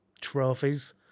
trophies